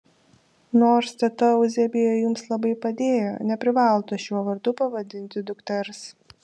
nors teta euzebija jums labai padėjo neprivalote šiuo vardu pavadinti dukters